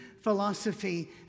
philosophy